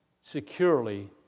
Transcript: securely